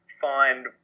find